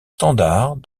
standards